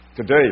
today